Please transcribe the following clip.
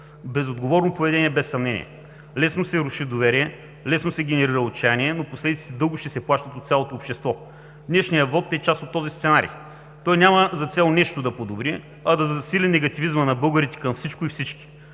Безотговорно поведение, без съмнение. Лесно се руши доверие, лесно се генерира отчаяние, но последиците дълго ще се плащат от цялото общество. Днешният вот е част от този сценарий. Той няма за цел да подобри нещо, а да засили негативизма на българите към всичко и всички.